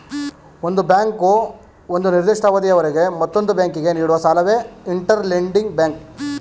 ಒಂದು ಬ್ಯಾಂಕು ಒಂದು ನಿರ್ದಿಷ್ಟ ಅವಧಿಯವರೆಗೆ ಮತ್ತೊಂದು ಬ್ಯಾಂಕಿಗೆ ನೀಡುವ ಸಾಲವೇ ಇಂಟರ್ ಲೆಂಡಿಂಗ್ ಬ್ಯಾಂಕ್